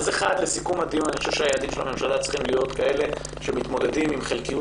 היעדים של הממשלה צריכים להיות כאלה שמתמודדים עם חלקיות